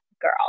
girl